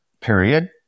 period